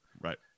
Right